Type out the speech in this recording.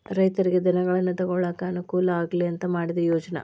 ರೈತರಿಗೆ ಧನಗಳನ್ನಾ ತೊಗೊಳಾಕ ಅನಕೂಲ ಆಗ್ಲಿ ಅಂತಾ ಮಾಡಿದ ಯೋಜ್ನಾ